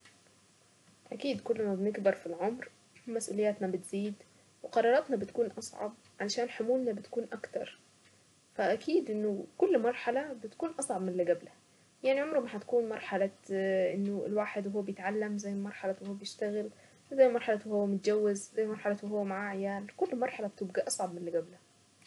اكيد كل ما بنكبر في العمر مسئولياتنا بتزيد وقراراتنا بتكون اصعب عشان حمولنا بتكون اكتر فاكيد انه كل مرحلة بتكون اصعب من اللي قبلها يعني عمره ما هتكون مرحلة اه انه الواحد وهو بيتعلم زي مرحلة وهو بيشتغل زي مرحلة وهو متجوز زي مرحلة وهو معاه عيال مرحلة بتبقى اصعب من اللي قبلها.